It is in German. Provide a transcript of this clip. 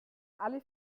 alle